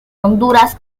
honduras